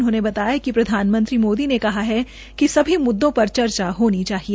उन्होंने बताया कि प्रधानमंत्री मोदी ने कहा कि सभी मुद्दों पर चर्चा होनी चाहिए